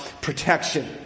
protection